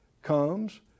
comes